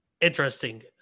interesting